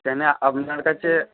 কেন আপনার কাছে